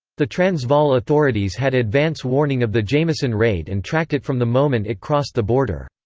the transvaal authorities had advance warning of the jameson raid and tracked it from the moment it crossed the border.